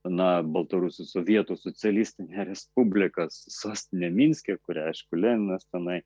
na baltarusių sovietų socialistinė respublika su sostine minske kurią aišku leninas tenai